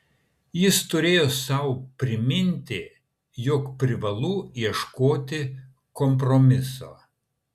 jis turėjo sau priminti jog privalu ieškoti kompromiso